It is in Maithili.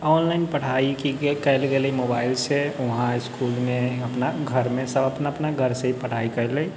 ऑनलाइन पढ़ाइ कएल गेलै मोबाइलसँ वहाँ इसकुलमे अपना घरमे सब अपना अपना घरसँ ही पढ़ाइ कएलै